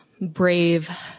brave